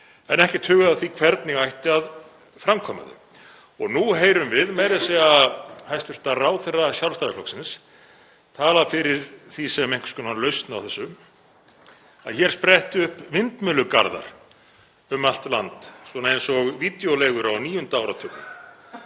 en ekkert hugað að því hvernig ætti að framkvæma þau. Nú heyrum við meira að segja hæstv. ráðherra Sjálfstæðisflokksins tala fyrir því sem einhvers konar lausn á þessu að hér spretti upp vindmyllugarðar um allt land, svona eins og vídeóleigur á níunda áratugnum,